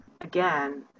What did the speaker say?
again